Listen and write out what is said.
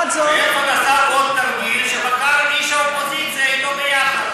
הרצוג עשה עוד תרגיל, שבחר איש אופוזיציה אתו יחד.